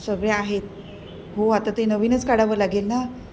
सगळे आहेत हो आता ते नवीनच काढावं लागेल ना